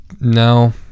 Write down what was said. no